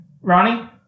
ronnie